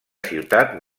ciutat